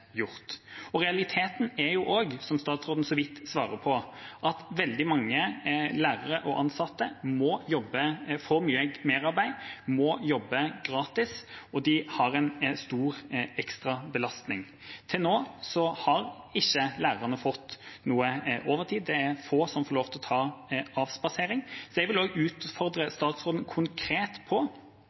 gjort. Realiteten er også, som statsråden så vidt svarer på, at veldig mange lærere og ansatte får mye merarbeid. De må jobbe gratis, og de har en stor ekstrabelastning. Til nå har ikke lærerne fått noe overtid. Det er få som får lov til å ta avspasering. Jeg vil utfordre statsråden konkret på